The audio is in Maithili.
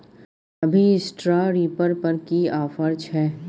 अभी स्ट्रॉ रीपर पर की ऑफर छै?